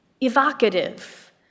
evocative